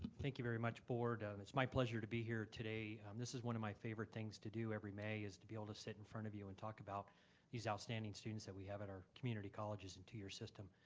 thank you very much, board. it's my pleasure to be here today. this is one of my favorite things to do every may is to be able to sit in front of you and talk about these outstanding students that we have in our community colleges and two-year system.